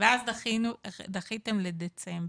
ואז דחיתם לדצמבר.